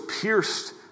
pierced